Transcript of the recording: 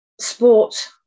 Sport